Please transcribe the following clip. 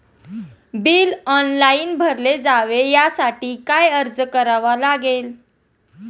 Bill online भरले जावे यासाठी काय अर्ज करावा लागेल?